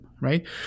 Right